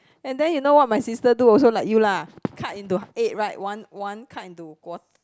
and then you know what my sister do also like you lah cut into eight right one one cut into quart~